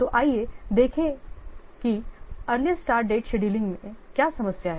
तो आइए देखें है कि अर्लीस्ट स्टार्ट डेट शेड्यूलिंग में क्या समस्या है